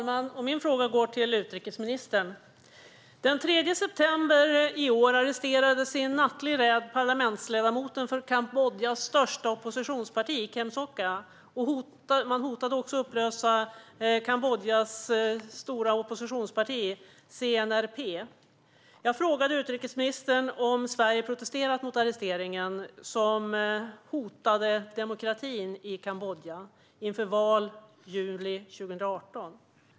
Fru talman! Min fråga går till utrikesministern. Den 3 september i år arresterades i en nattlig räd parlamentsledamoten för Kambodjas största oppositionsparti CNRP, Kem Sokha, och man hotade att upplösa partiet. Jag har frågat utrikesministern om Sverige har protesterat mot arresteringen, som hotar demokratin i Kambodja inför valet i juli 2018.